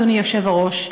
אדוני היושב-ראש,